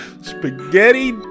Spaghetti